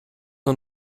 nur